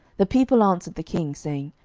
the people answered the king, saying,